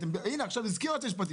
הנה, הזכיר היועץ המשפטי,